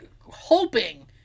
hoping